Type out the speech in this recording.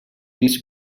this